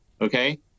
Okay